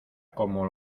como